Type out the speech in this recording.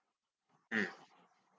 mm